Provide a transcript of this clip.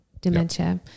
dementia